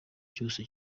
cyose